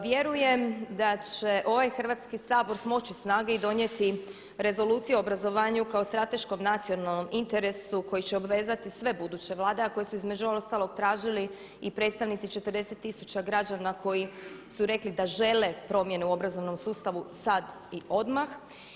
Vjerujem da će ovaj Hrvatski sabor smoći snage i donijeti rezolucije o obrazovanju kao strateškog nacionalnog interesu koji će obvezati sve buduće Vlade a koje su između ostalog tražili i predstavnici 40 tisuća građana koji su rekli da žele promjene u obrazovnom sustavu sad i odmah.